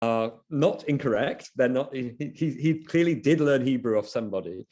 Not incorrect, he clearly did learn Hebrew of somebody